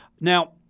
Now